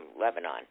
Lebanon